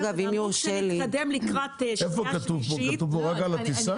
כתוב כאן רק על הטיסה?